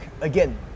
again